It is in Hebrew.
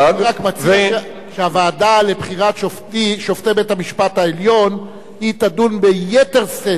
אני רק מציע שהוועדה לבחירת שופטי בית-המשפט העליון תדון ביתר שאת,